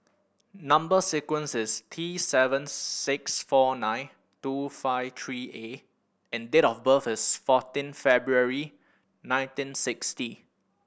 number sequence is T seven six four nine two five three A and date of birth is fourteen February nineteen sixty